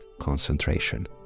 concentration